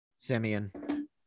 Simeon